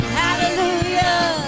hallelujah